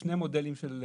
מודלים של חקיקה.